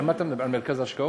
על מה אתה מדבר, על מרכז ההשקעות?